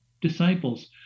disciples